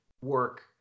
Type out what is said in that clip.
work